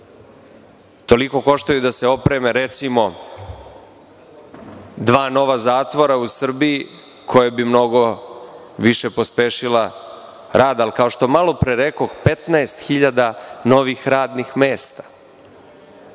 da mogu da se opreme, recimo, dva nova zatvora u Srbiji, koja bi mnogo više pospešila rad. Ali, kao što malopre rekoh, 15 hiljada novih radnih mesta